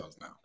now